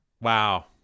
Wow